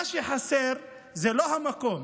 מה שחסר זה לא המקום.